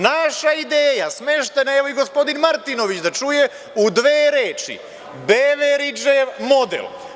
Naša ideja smeštena je, evo i gospodin Martinović da čuje, u dve reči, Beveridžev model.